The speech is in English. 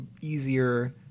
easier